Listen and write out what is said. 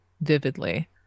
vividly